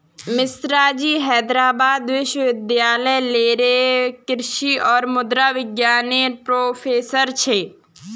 मिश्राजी हैदराबाद विश्वविद्यालय लेरे कृषि और मुद्रा विज्ञान नेर प्रोफ़ेसर छे